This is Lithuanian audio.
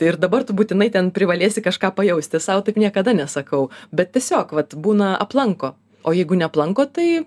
ir dabar tu būtinai ten privalėsi kažką pajausti sau taip niekada nesakau bet tiesiog vat būna aplanko o jeigu neaplanko tai